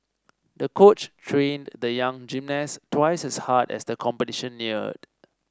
the coach trained the young gymnast twice as hard as the competition neared